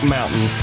Mountain